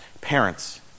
Parents